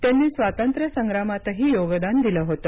त्यांनी स्वातंत्र्य संग्रामातही योगदान दिलं होतं